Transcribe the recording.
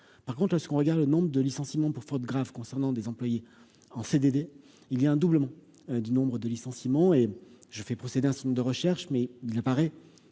par contre est ce qu'on regarde le nombre de licenciements pour faute grave concernant des employées en CDD, il y a un doublement du nombre de licenciements et je fais procéder ainsi, de recherche, mais il paraît